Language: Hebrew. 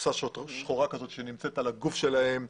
קופסה שחורה שנמצאת על הגוף שלהם,